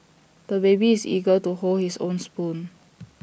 the baby is eager to hold his own spoon